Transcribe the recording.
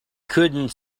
couldn’t